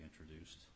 introduced